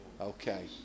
Okay